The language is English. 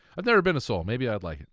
i've never been to seoul maybe i'd like it.